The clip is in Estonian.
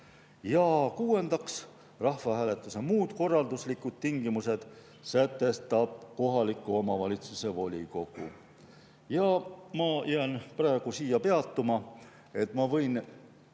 Kuuendaks, rahvahääletuse muud korralduslikud tingimused sätestab kohaliku omavalitsuse volikogu. Ma jään praegu siia peatuma. Ma usun,